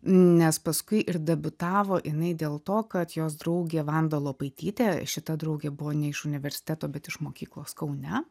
nes paskui ir debiutavo jinai dėl to kad jos draugė vanda lopaitytė šita draugė buvo ne iš universiteto bet iš mokyklos kaune